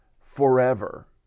forever